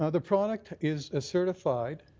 ah the product is certified